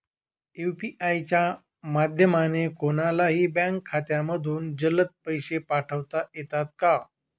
UPI च्या माध्यमाने कोणलाही बँक खात्यामधून जलद पैसे पाठवता येतात का?